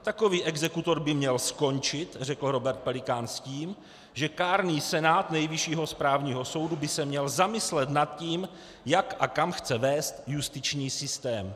Takový exekutor by měl skončit, řekl Robert Pelikán, s tím, že kárný senát Nejvyššího správního soudu by se měl zamyslet nad tím, jak a kam chce vést justiční systém.